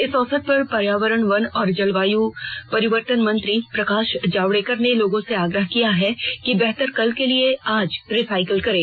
इस अवसर पर पर्यावरण वन और जलवायू परिवर्तन मंत्री प्रकाश जावड़ेकर ने लोगों से आग्रह किया है कि बेहतर कल के लिए आज रिसायकल करें